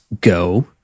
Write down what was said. go